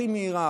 הכי מהירה,